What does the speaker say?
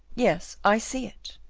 yes, i see it,